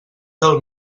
del